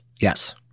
Yes